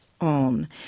on